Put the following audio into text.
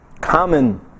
common